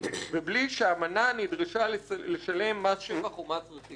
ובלי שהאמנה נדרשה לשלם מס שבח או מס רכישה.